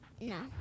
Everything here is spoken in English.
No